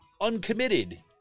uncommitted